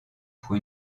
pour